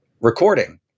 recording